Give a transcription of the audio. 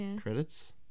Credits